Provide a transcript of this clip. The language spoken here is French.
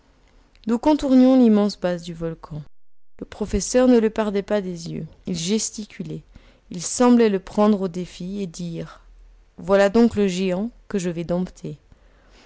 nous contournions l'immense base du volcan le professeur ne le perdait pas des yeux il gesticulait il semblait le prendre au défi et dire voilà donc le géant que je vais dompter